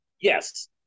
Yes